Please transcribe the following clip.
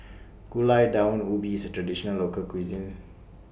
Gulai Daun Ubi IS A Traditional Local Cuisine